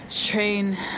train